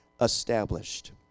established